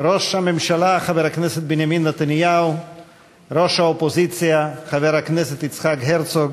מטעם סיעת כולנו, בוועדת החוקה, חוק ומשפט,